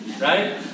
Right